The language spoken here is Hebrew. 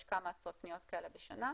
יש כמה עשרות פניות כאלה בשנה,